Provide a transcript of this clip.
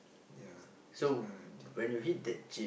ya these kind of thing ah